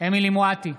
אמילי חיה מואטי,